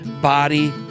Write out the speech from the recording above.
body